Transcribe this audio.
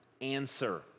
answer